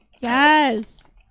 Yes